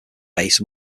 base